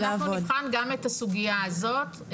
אנחנו נבחן גם את הסוגייה הזאת.